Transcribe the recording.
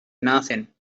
nothing